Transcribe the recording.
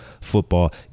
football